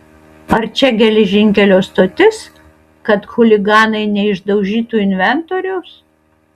ar čia geležinkelio stotis kad chuliganai neišdaužytų inventoriaus